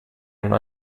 hanno